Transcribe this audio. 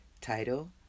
Title